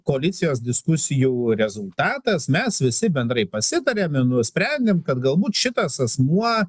koalicijos diskusijų rezultatas mes visi bendrai pasidavėm ir nusprendėm kad galbūt šitas asmuo